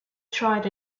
tried